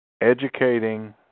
educating